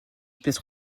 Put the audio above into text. pièces